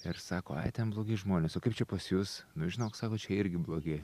ir sako ai ten blogi žmonės o kaip čia pas jus nu žinok savo čia irgi blogi